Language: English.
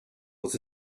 was